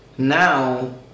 Now